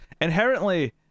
inherently